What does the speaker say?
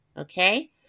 Okay